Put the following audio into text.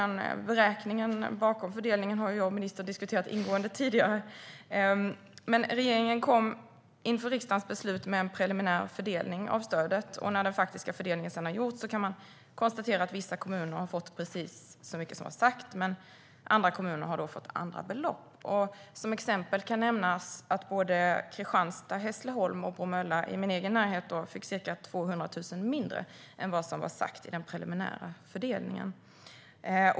Beräkningen bakom fördelningen har jag och ministern diskuterat ingående tidigare. Regeringen kom inför riksdagens beslut med en preliminär fördelning av stödet. När den faktiska fördelningen sedan har gjorts kan man konstatera att vissa kommuner har fått precis så mycket som var sagt men att andra kommuner har fått andra belopp. Som exempel kan nämnas att Kristianstad, Hässleholm och Bromölla i min egen närhet fick ca 200 000 kronor mindre än vad som var sagt i den preliminära fördelningen.